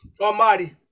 almighty